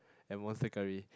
and monster-curry